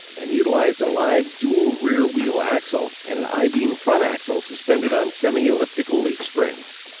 and utilized a live dual-rear wheel axle and an i-beam front axle suspended on semi-eliptical leaf springs.